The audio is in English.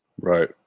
right